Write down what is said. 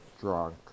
drunk